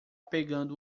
pegando